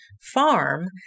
farm